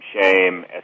shame